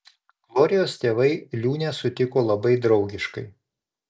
glorijos tėvai liūnę sutiko labai draugiškai